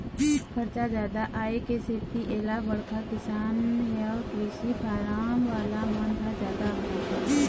खरचा जादा आए के सेती एला बड़का किसान य कृषि फारम वाला मन ह जादा अपनाथे